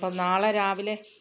അപ്പോള് നാളെ രാവിലെ